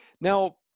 Now